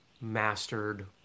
Mastered